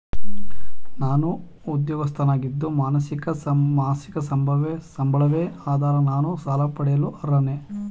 ನಾನು ಉದ್ಯೋಗಸ್ಥನಾಗಿದ್ದು ಮಾಸಿಕ ಸಂಬಳವೇ ಆಧಾರ ನಾನು ಸಾಲ ಪಡೆಯಲು ಅರ್ಹನೇ?